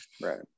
Right